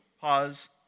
pause